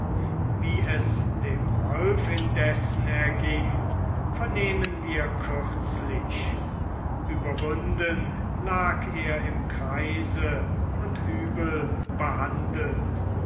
wie es dem wolf indessen erging vernehmen wir kürzlich überwunden lag er im kreise und übel behandelt